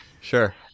Sure